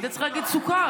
היית צריך להגיד סוכר.